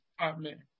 Amen